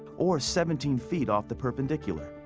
or seventeen feet off the perpendicular.